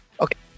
okay